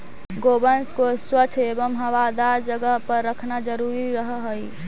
गोवंश को स्वच्छ एवं हवादार जगह पर रखना जरूरी रहअ हई